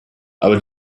aber